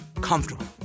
comfortable